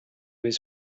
his